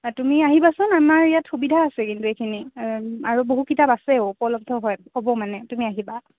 তুমি আহিবাচোন আমাৰ ইয়াত সুবিধা আছে কিন্তু এইখিনি আৰু বহু কিতাপ আছেও উপলব্ধ হয় হ'ব মানে তুমি আহিবা